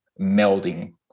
melding